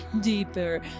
deeper